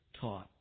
taught